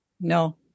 No